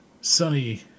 sunny